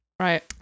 right